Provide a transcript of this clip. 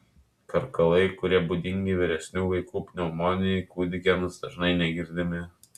karkalai kurie būdingi vyresnių vaikų pneumonijai kūdikiams dažnai negirdimi